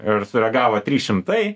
ir sureagavo trys šimtai